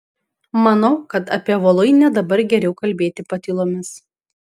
manau kad apie voluinę dabar geriau kalbėti patylomis